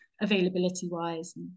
availability-wise